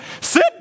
sit